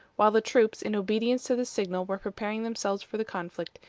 while the troops, in obedience to this signal, were preparing themselves for the conflict,